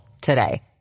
today